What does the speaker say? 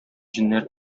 җеннәр